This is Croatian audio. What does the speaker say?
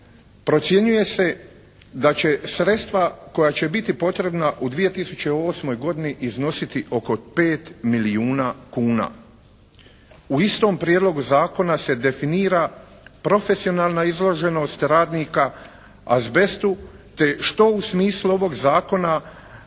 procjenjuje se da će sredstva koja će biti potrebna u 2008. godini iznositi oko 5 milijuna kuna. U istom prijedlogu zakona se definira profesionalna izloženost radnika azbestu te što u smislu ovog zakona